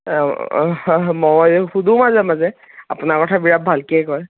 মই শুধোঁ মাজে মাজে আপোনাৰ কথা বিৰাট ভালকৈ কয়